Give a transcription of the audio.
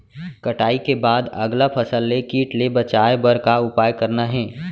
कटाई के बाद अगला फसल ले किट ले बचाए बर का उपाय करना हे?